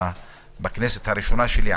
בקדנציה הראשונה שלי בכנסת,